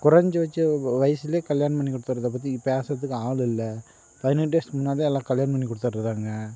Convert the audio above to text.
குறைஞ்சு வெச்ச வ வயசுலே கல்யாணம் பண்ணி கொடுத்துறத பற்றி பேசுகிறத்துக்கு ஆள் இல்லை பதினெட்டு வயசுக்கு முன்னாலே எல்லாம் கல்யாணம் பண்ணி கொடுத்துட்ருக்கறானுங்க